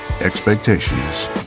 expectations